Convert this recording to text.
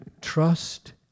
Trust